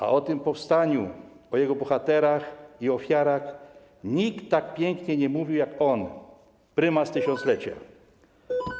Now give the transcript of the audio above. A o tym powstaniu, o jego bohaterach i ofiarach nikt tak pięknie nie mówił jak on - Prymas Tysiąclecia.